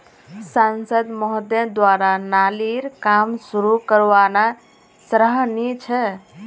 सांसद महोदय द्वारा नालीर काम शुरू करवाना सराहनीय छ